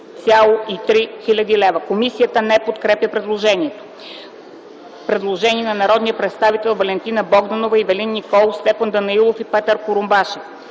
Ваня Донева. Комисията подкрепя предложението. Предложение на народните представители Валентина Богданова, Ивелин Николов, Стефан Данаилов и Петър Курумбашев